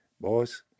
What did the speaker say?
boys